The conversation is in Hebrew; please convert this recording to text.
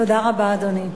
תודה רבה, אדוני.